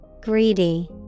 Greedy